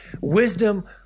wisdom